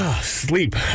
Sleep